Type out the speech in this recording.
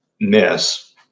miss